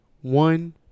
One